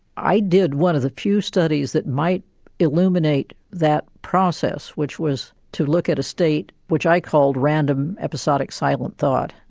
i did one of the few studies that might illuminate that process, which was to look at a state which i called random episodic silent thought.